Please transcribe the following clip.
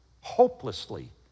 Hopelessly